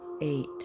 Eight